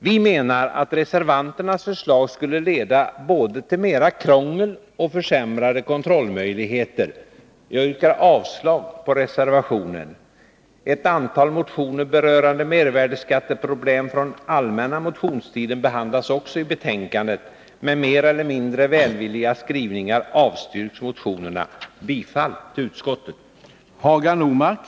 Vi menar att reservanternas förslag skulle leda både till mera krångel och till försämrade kontrollmöjligheter. Jag yrkar avslag på reservationen. Ett antal motioner från allmänna motionstiden rörande mervärdeskatteproblem behandlas också i betänkandet. Med mer eller mindre välvilliga skrivningar avstyrks motionerna. Jag yrkar bifall till utskottets hemstäl